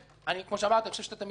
אני חושב שאתם מתעלמים מהמציאות.